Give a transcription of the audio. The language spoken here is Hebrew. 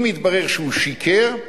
אם יתברר שהוא שיקר,